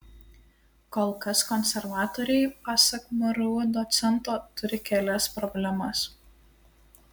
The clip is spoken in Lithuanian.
kol kas konservatoriai pasak mru docento turi kelias problemas